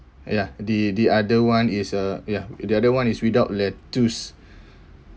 ya the the other one is uh ya the other one is without lettuce